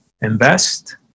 invest